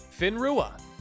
Finrua